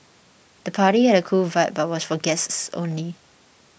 the party had a cool vibe but was for guests only